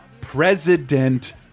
President